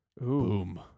Boom